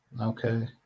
okay